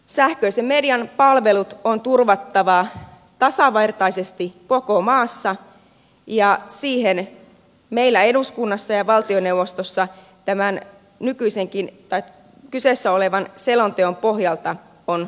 sähköisen median palvelut on turvattava tasavertaisesti koko maassa ja siitä meidän eduskunnassa ja valtioneuvostossa tämän kyseessä olevan selonteon pohjalta on lähdettävä